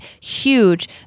huge